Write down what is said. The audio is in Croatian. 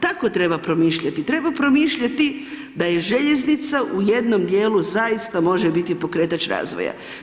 Tako treba promišljati, treba promišljati da i željeznica u jednom dijelu zaista može biti pokretač razvoja.